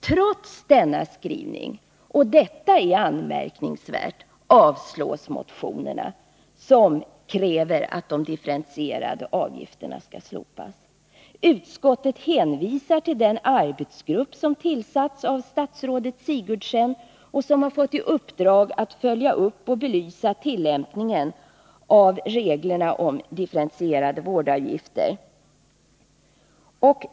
Trots denna skrivning — och detta är anmärkningsvärt — avstyrks de motioner som kräver att de differentierade avgifterna skall slopas. Utskottet hänvisar till den arbetsgrupp som tillsatts av statsrådet Gertrud Sigurdsen och som har fått i uppdrag att följa upp och belysa tillämpningen av reglerna om differentierade vårdavgifter.